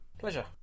Pleasure